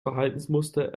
verhaltensmuster